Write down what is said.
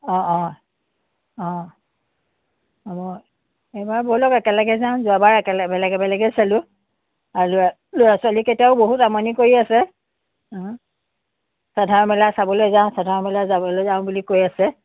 অঁ অঁ অঁ হ'ব এইবাৰ ব'লক একেলগে যাওঁ যোৱাবাৰ একে বেলেগে বেলেগে চালোঁ আৰু ল'ৰা ল'ৰা ছোৱালীকেইটাও বহুত আমনি কৰি আছে সাধাৰু মেলা চাবলৈ যাওঁ সাধাৰু মেলা চাবলে যাওঁ বুলি কৈ আছে